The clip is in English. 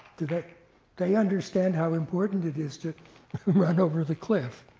do like they understand how important it is to run over the cliff?